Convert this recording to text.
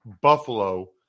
Buffalo